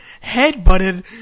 head-butted